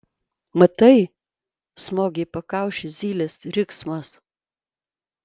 matai smogė į pakaušį zylės riksmas